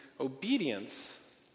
obedience